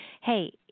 hey